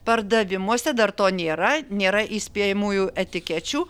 pardavimuose dar to nėra nėra įspėjamųjų etikečių